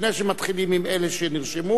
לפני שמתחילים עם אלה שנרשמו,